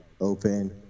open